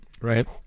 Right